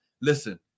listen